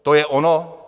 To je ono?